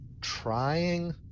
trying